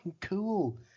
cool